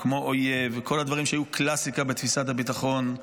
כמו "אויב" וכל הדברים שהיו קלאסיקה בתפיסת הביטחון,